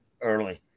early